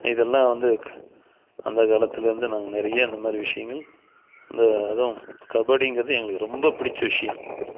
இதெல்லாம் வந்து அந்த காலத்துலேருந்து நாங்கள் நிறைய இந்த மாரி விஷயங்கள் அந்த அதுவும் கபடிங்கறது எங்களுக்கு ரொம்ப பிடிச்ச விஷயம்